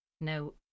Now